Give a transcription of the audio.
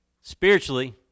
Spiritually